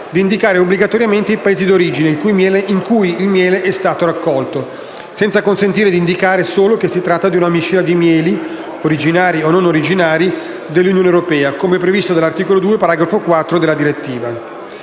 di indicare obbligatoriamente i Paesi d'origine in cui il miele è stato raccolto, senza consentire di indicare solo che si tratta di una miscela di mieli, originari o non originari dell'Unione europea, come previsto dall'articolo 2, paragrafo 4, della direttiva.